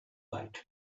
light